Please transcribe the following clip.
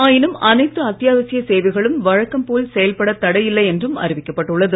ஆயினும் அனைத்து அத்தியாவசிய சேவைகளும் வழக்கம் போல் செயல்பட தடையில்லை என்றும் அறிவிக்கப்பட்டுள்ளது